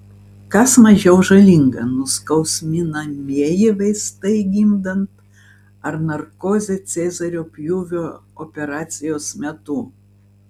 kas mažiau žalinga nuskausminamieji vaistai gimdant ar narkozė cezario pjūvio operacijos metu